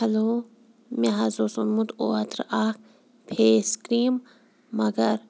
hello مےٚ حظ اوس اوٚنمُت اوترٕ اَکھ فیس کِرٛیٖم مگر